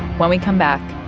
when we come back,